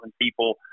people